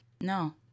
No